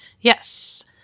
Yes